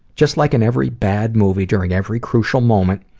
just like in every bad movie, during every crucial moment,